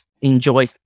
enjoy